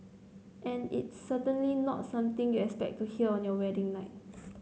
and it's certainly not something you has expect to hear on your wedding night